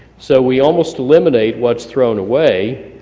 so we almost eliminate what's thrown away.